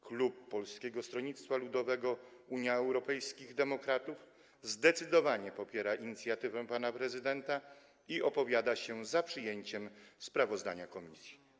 Klub Polskiego Stronnictwa Ludowego - Unii Europejskich Demokratów zdecydowanie popiera inicjatywę pana prezydenta i opowiada się za przyjęciem sprawozdania komisji.